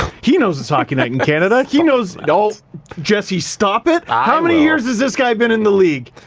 he knows it's hockey night in canada. he knows knows jesse stop it. how many years has this guy been in the league?